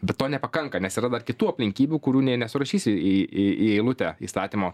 bet to nepakanka nes yra dar kitų aplinkybių kurių nė nesurašysi į į į eilutę įstatymo